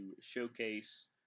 showcase